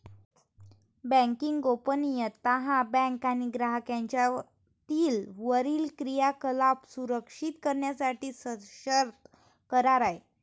banking गोपनीयता हा bank आणि ग्राहक यांच्यातील वरील क्रियाकलाप सुरक्षित करण्यासाठी सशर्त करार आहे